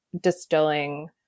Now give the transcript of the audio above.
distilling